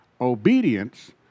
obedience